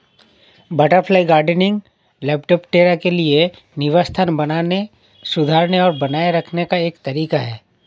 butterfly gardening, lepidoptera के लिए निवास स्थान बनाने, सुधारने और बनाए रखने का एक तरीका है